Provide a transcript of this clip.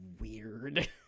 weird